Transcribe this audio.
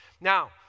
Now